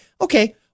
Okay